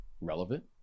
relevant